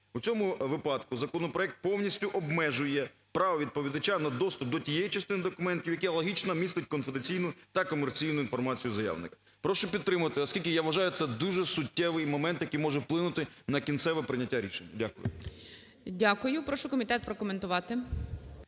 У цьому випадку законопроект повністю обмежує право відповідача на доступ до тієї частини документа, яка логічно містить конфіденційну та комерційну інформацію заявника. Прошу підтримати, оскільки я вважаю, це дуже суттєвий момент, який може вплинути на кінцеве прийняття рішення. Дякую. ГОЛОВУЮЧИЙ. Дякую. Прошу комітет прокоментувати.